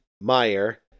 Meyer